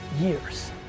years